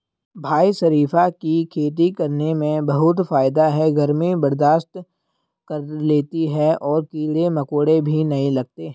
भाई शरीफा की खेती करने में बहुत फायदा है गर्मी बर्दाश्त कर लेती है और कीड़े मकोड़े भी नहीं लगते